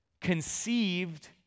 conceived